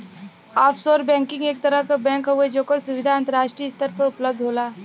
offshore banking एक तरह क बैंक हउवे जेकर सुविधा अंतराष्ट्रीय स्तर पर उपलब्ध होला